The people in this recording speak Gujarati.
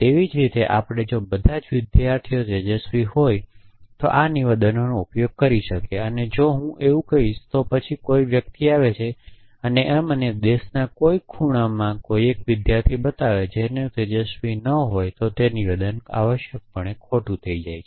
તેવી જ રીતે આપણે જો બધા જ વિદ્યાર્થીઓ તેજસ્વી હોય તેવા નિવેદનોનો ઉપયોગ કરી અને જો હું એવું કહીશ તો પછી કોઈક વ્યક્તિ આવે છે અને મને દેશના કોઈક ખૂણામાં 1 વિદ્યાર્થી બતાવે છે જેનું તેજસ્વી ન હોય તો તે નિવેદન આવશ્યકપણે ખોટું થઈ જાય છે